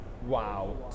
Wow